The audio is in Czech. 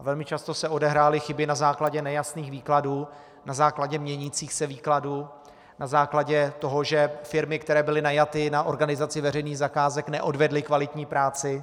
Velmi často se odehrály chyby na základě nejasných výkladů, na základě měnících se výkladů, na základě toho, že firmy, které byly najaty na organizaci veřejných zakázek, neodvedly kvalitní práci.